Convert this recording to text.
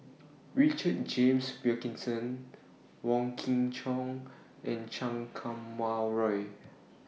Richard James Wilkinson Wong Kin Jong and Chan Kum Wah Roy